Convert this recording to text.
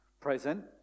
present